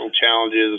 challenges